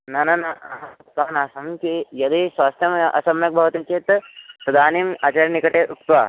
न न न न सन्ति यदि स्वास्थ्यम् असम्यक् भवति चेत् तदानीम् आचार्यनिकटे उक्त्वा